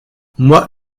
moi